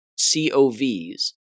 COVs